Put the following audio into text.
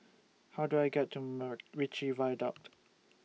How Do I get to Macritchie Viaduct